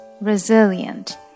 resilient